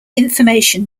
information